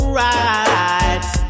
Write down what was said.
ride